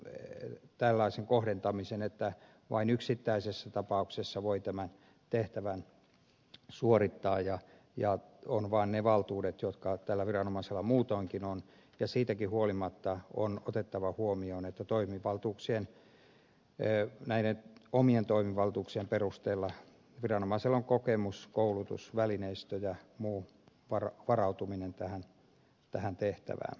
tein tällaisen kohdentamisen että vain yksittäisessä tapauksessa voi tämän tehtävän suorittaa ja on vain ne valtuudet jotka tällä viranomaisella muutoinkin on ja siitäkin huolimatta on otettava huomioon että näiden omien toimivaltuuksien perusteella viranomaisella on kokemus koulutus välineistö ja muu varautuminen tähän tehtävään